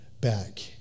back